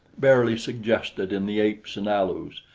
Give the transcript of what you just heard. barely suggested in the apes and alus,